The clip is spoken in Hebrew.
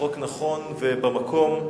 הוא חוק נכון ובמקום,